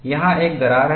यहाँ एक दरार है